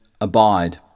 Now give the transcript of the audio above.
abide